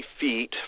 feet